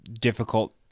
difficult